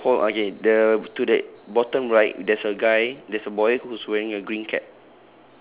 okay okay wait hold okay the to the bottom right there's a guy there's a boy who is wearing a green cap